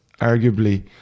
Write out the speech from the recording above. arguably